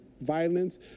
violence